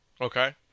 Okay